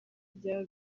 byaba